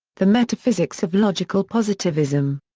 the metaphysics of logical positivism.